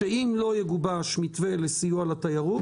שאם לא יגובש מתווה לסיוע לתיירות,